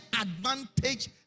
advantage